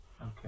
Okay